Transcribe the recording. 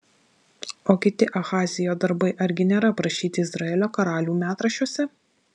o kiti ahazijo darbai argi nėra aprašyti izraelio karalių metraščiuose